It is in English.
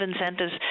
incentives